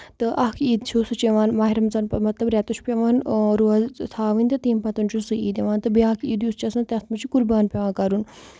تہٕ اکھ عیٖد چھُ سُہ چھُ یِوان مہریٚمزان مطلب رٮ۪تس چھُ پیٚوان روزٕ تھاؤنۍ تہٕ تَمہِ پَتن چھُ سُہ عیٖد یِوان تہٕ بیاکھ عیٖد یُس چھُ آسان تَتھ منٛز چھُ قُربان پیٚوان کَرُن